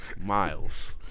Miles